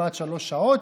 כמעט שלוש שעות.